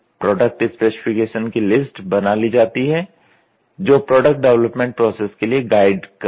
product specification की list बना ली जाती है जो प्रोडक्ट डेवलपमेंट प्रॉसेस के लिए गाइड करती है